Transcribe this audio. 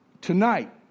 tonight